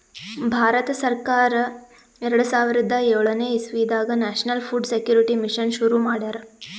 ಭಾರತ ಸರ್ಕಾರ್ ಎರಡ ಸಾವಿರದ್ ಯೋಳನೆ ಇಸವಿದಾಗ್ ನ್ಯಾಷನಲ್ ಫುಡ್ ಸೆಕ್ಯೂರಿಟಿ ಮಿಷನ್ ಶುರು ಮಾಡ್ಯಾರ್